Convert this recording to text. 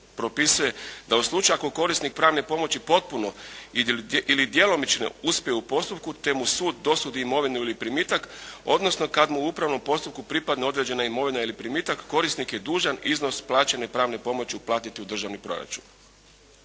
propisuje da u slučaju ako korisnik pravne pomoći potpuno ili djelomično uspije u postupku te mu sud dosudi imovinu ili primitak odnosno kad mu u upravnom postupku pripadne određena imovina ili primitak korisnik je dužan iznos plaćene pravne pomoći uplatiti u državni proračun.